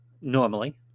normally